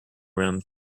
room